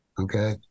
Okay